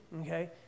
okay